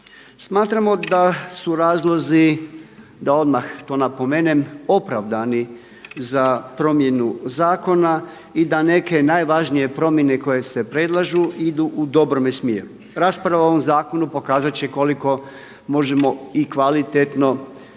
Smatramo da su razlozi da odmah to napomenem opravdani za promjenu zakona i da neke najvažnije promjene koje se predlažu idu u dobrome smjeru. Rasprava o ovome zakonu pokazati će koliko možemo i kvalitetno i